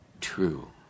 true